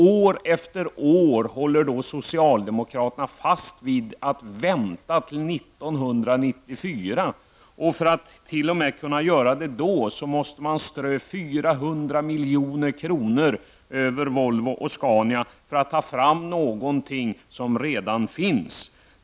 År efter år håller socialdemokraterna fast vid att vänta till Scania för att de skall ta fram någonting som redan finns.